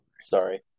Sorry